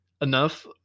enough